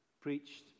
preached